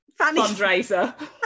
fundraiser